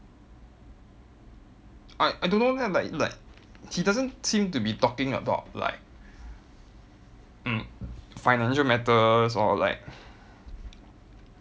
I I don't know leh like like he doesn't seem to be talking about like mm financial matters or like